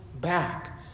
back